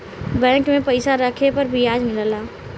bank में पइसा रखे पर बियाज मिलला